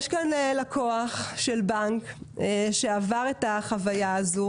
יש כאן לקוח של בנק שעבר את החוויה הזאת,